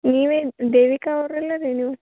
ನೀವೇನು ದೇವಿಕ ಅವ್ರು ಅಲ್ಲ ರೀ ನೀವು